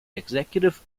executive